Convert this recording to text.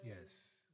Yes